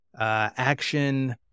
action